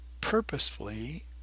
purposefully